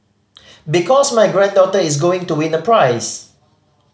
because my granddaughter is going to win a prize